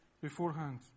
beforehand